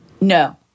No